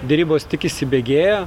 derybos tik įsibėgėja